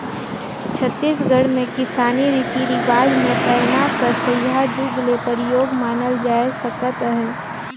छत्तीसगढ़ मे किसानी रीति रिवाज मे पैना कर तइहा जुग ले परियोग मानल जाए सकत अहे